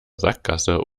sackgasse